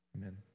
Amen